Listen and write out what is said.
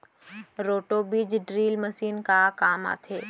Roto बीज drill machine का काम आथे?